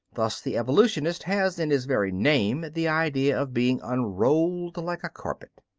thus the evolutionist has, in his very name, the idea of being unrolled like a carpet.